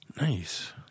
Nice